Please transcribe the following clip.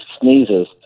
sneezes